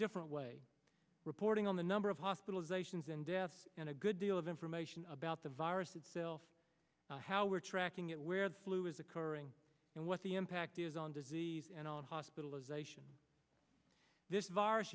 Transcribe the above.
different way reporting on the number of hospitalizations and deaths and a good deal of information about the virus itself how we're tracking it where the flu is occurring and what the impact is on disease and on hospitalisation this virus